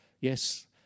yes